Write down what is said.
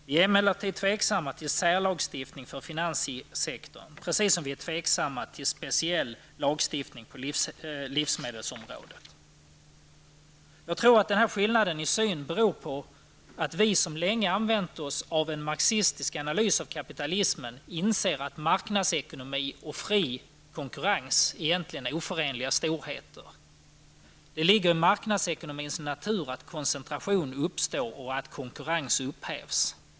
Vi är emellertid tveksamma till särlagstiftning för finanssektorn precis som vi är tveksamma till speciell konkurrenslagstiftning på livsmedelsområdet. Jag tror att skillnaden i syn beror på att vi som länge har använt oss av en marxistisk analys av kapitalismen inser att marknadsekonomi och fri konkurrens egentligen är oförenliga storheter. Det ligger i marknadsekonomins natur att koncentration uppstår och att konkurrens upphävs.